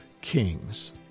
kings